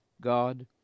God